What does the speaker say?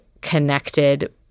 connected